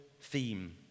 theme